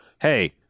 hey